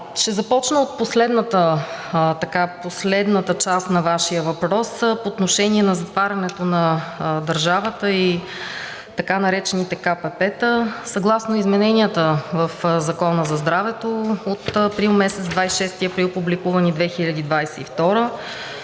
Ще започна от последната част на Вашия въпрос по отношение на затварянето на държавата и така наречените КПП-та. Съгласно измененията в Закона за здравето, публикувани на